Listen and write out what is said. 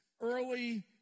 early